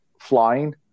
flying